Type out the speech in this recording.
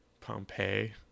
pompeii